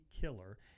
killer